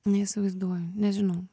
neįsivaizduoju nežinau